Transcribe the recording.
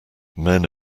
men